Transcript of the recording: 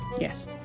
Yes